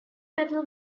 battle